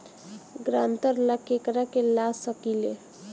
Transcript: ग्रांतर ला केकरा के ला सकी ले?